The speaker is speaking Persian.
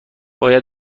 بیا